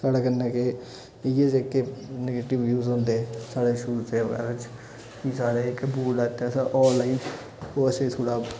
साढ़े कन्नै गे इ'यै जेह्के नेगेटिव व्यूज होंदे हे साढ़े शूज दे बारे च भी साढ़े इक बूट लैता ऑनलाइन ओह् असें थोह्ड़ा